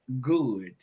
good